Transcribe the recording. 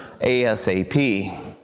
ASAP